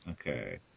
Okay